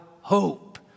hope